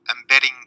embedding